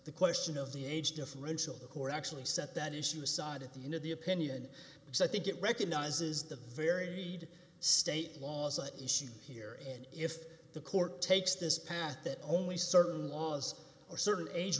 the question of the age differential the court actually set that issue aside at the end of the opinion because i think it recognizes the varied state laws at issue here and if the court takes this path that only certain laws are certain age